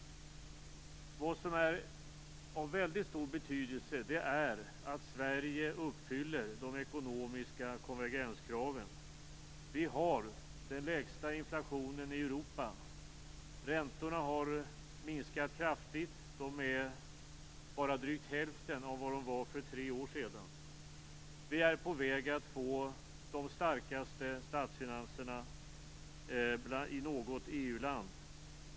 Vad som är av väldigt stor betydelse är att Sverige uppfyller de ekonomiska konvergenskraven. Vi har den lägsta inflationen i Europa. Räntorna har minskat kraftigt. De är bara drygt hälften av de var för tre år sedan. Vi är på väg att få de starkaste statsfinanserna i något EU-land.